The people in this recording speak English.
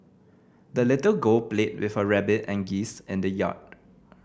the little girl played with her rabbit and geese in the yard